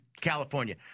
California